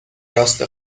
راست